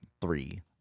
three